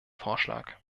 vorschlag